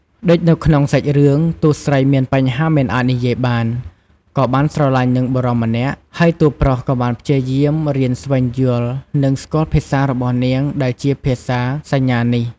ដូចនៅក្នុងសាច់រឿង តួស្រីមានបញ្ហាមិនអាចនិយាយបាន ក៏បានស្រលាញ់នឹងបុរសម្នាក់ហើយ តួរប្រុសក៏បានព្យាយាមរៀនស្វែងយល់និង ស្គាល់ភាសារបស់នាងដែលជាភាសាសញ្ញានេះ ។